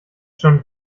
schon